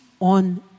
on